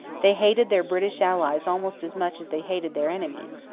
they hated their british allies almost as much as they hated their enemies.